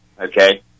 Okay